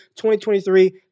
2023